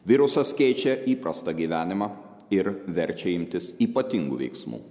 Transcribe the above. virusas keičia įprastą gyvenimą ir verčia imtis ypatingų veiksmų